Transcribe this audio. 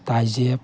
ꯇꯥꯏꯖꯦꯞ